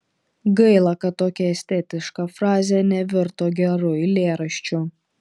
gaila kad tokia estetiška frazė nevirto geru eilėraščiu